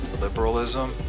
liberalism